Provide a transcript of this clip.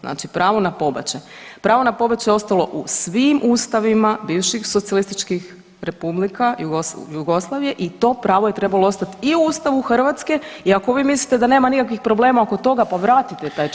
Znači pravo na pobačaj, pravo na pobačaj je ostalo u svim ustavima bivših socijalističkih republika Jugoslavije i to pravo je trebalo ostati i u Ustavu Hrvatske i ako vi mislite da nema nikakvih problema oko toga, pa vratite taj članak.